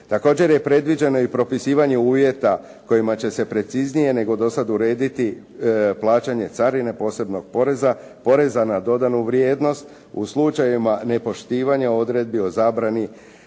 Također je predviđeno i propisivanje uvjeta kojima će se preciznije nego do sad urediti plaćanje carine posebnog poreza, poreza na dodanu vrijednost u slučajevima nepoštivanja odredbi o zabrani